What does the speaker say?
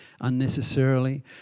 unnecessarily